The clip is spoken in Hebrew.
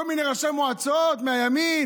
כל מיני ראשי מועצות מהימין.